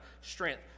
strength